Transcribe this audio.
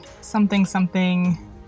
something-something